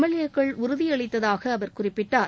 எல்ஏக்கள் உறுதியளித்ததாக அவர் குறிப்பிட்டார்